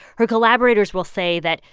her collaborators will say that,